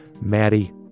Maddie